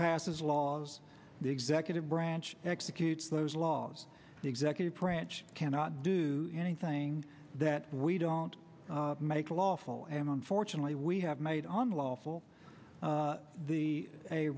passes laws the executive branch executes those laws the executive branch cannot do anything that we don't make lawful am unfortunately we have made on lawful the a